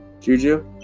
Juju